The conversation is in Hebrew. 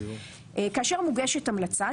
כאשר מוגשת המלצה,